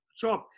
job